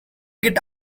get